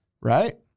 Right